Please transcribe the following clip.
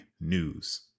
news